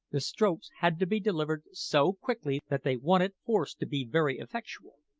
the strokes had to be delivered so quickly that they wanted force to be very effectual.